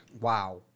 Wow